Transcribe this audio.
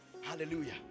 Hallelujah